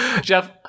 Jeff